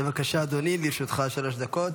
בבקשה, אדוני, לרשותך שלוש דקות.